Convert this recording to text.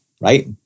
right